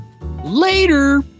later